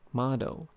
，model